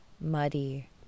muddy